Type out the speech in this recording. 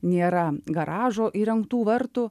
nėra garažo įrengtų vartų